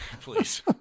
please